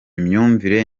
imyumvire